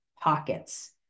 pockets